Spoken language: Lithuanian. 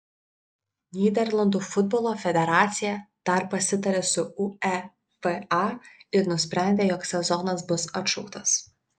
nyderlandų futbolo federacija dar pasitarė su uefa ir nusprendė jog sezonas bus atšauktas